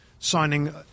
Signing